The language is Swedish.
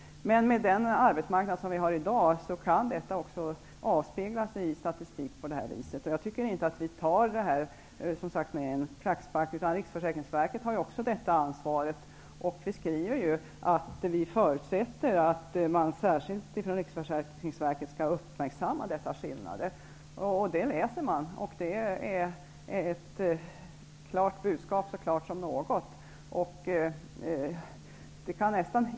Men den arbetsmarknad som vi har i dag kan avspegla sig i statistiken på det sätt som den nu gör. Jag tycker inte att vi tar detta med en klackspark. Också riksförsäkringsverket har ett ansvar. Utskottet skriver att vi förutsätter att man från Riksförsäkringsverket särskilt skall uppmärksamma dessa skillnader. Det läser man, och det är ett budskap som är så klart som något.